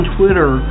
Twitter